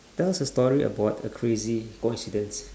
tell us a story about a crazy coincidence